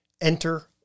Enter